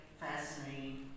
fascinating